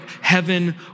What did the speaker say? heaven